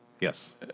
Yes